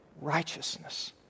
righteousness